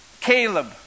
Caleb